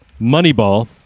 Moneyball